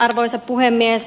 arvoisa puhemies